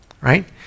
right